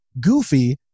goofy